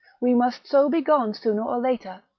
we must so be gone sooner or later